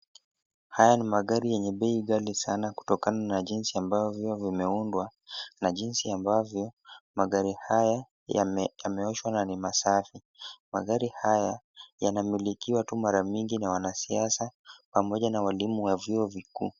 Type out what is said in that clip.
Haya ni magari yenye bei ghali sana kutokana na jinsi ambavyo vimeundwa na jinsi ambavyo magari haya yameoshwa na ni masafi. Magari haya yanamilikiwa tu mara mingi na wanasiasa pamoja na walimu wa vyuo vikuu.